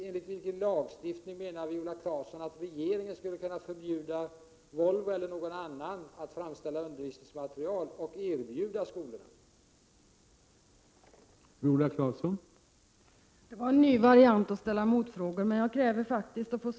Enligt vilken lagstiftning menar Viola Claesson att regeringen skulle kunna förbjuda t.ex. Volvo att framställa undervisningsmaterial och erbjuda skolorna detta?